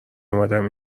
اومدم